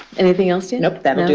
anything else, tia? nope. that'll do